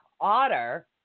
otter